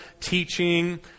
teaching